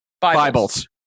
Bibles